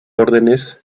órdenes